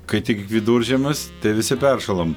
kai tik viduržiemis tai visi peršalam